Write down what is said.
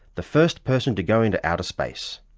the first person to go into outer space.